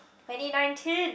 twenty nineteen